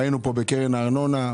ראינו פה בקרן הארנונה,